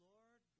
Lord